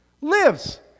lives